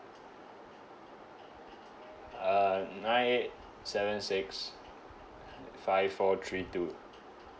um nine eight seven six five four three two